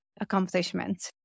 accomplishment